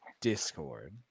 Discord